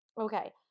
okay